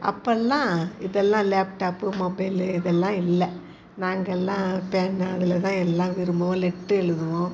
அப்பெல்லாம் இப்பெல்லாம் laptop mobile இதெல்லாம் இல்லை நாங்கெல்லாம் பேனாவில்தான் எல்லாம் விரும்புவோம் லெட்ரு எழுதுவோம்